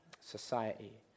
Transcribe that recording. society